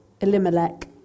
Elimelech